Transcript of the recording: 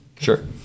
sure